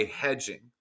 hedging